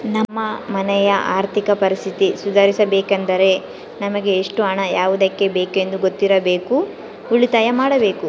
ನಮ್ಮ ಮನೆಯ ಆರ್ಥಿಕ ಪರಿಸ್ಥಿತಿ ಸುಧಾರಿಸಬೇಕೆಂದರೆ ನಮಗೆ ಎಷ್ಟು ಹಣ ಯಾವುದಕ್ಕೆ ಬೇಕೆಂದು ಗೊತ್ತಿರಬೇಕು, ಉಳಿತಾಯ ಮಾಡಬೇಕು